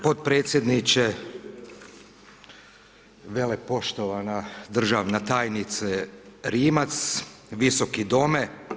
Potpredsjedniče velepoštovana državna tajnice Rimac, Visoki dome.